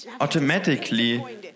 automatically